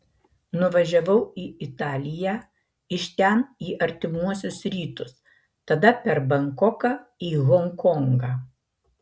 nuvažiavau į italiją iš ten į artimuosius rytus tada per bankoką į honkongą